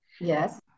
Yes